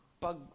Pag